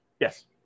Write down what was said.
Yes